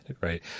right